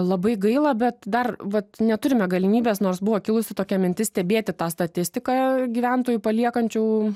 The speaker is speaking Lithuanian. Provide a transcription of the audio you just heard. labai gaila bet dar vat neturime galimybės nors buvo kilusi tokia mintis stebėti tą statistiką gyventojų paliekančių